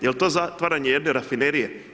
Jel to zatvaranje jedne rafinerije?